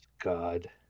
God